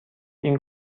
این